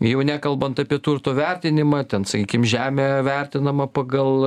jau nekalbant apie turto vertinimą ten sakykim žemė vertinama pagal